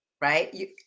right